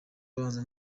abanza